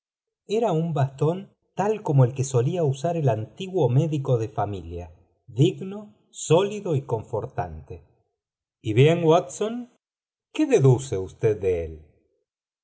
era un bastón tal como el que solía usar el antiguo médico de familia digno sólido y confortante y bien watscm qué deduce usted de él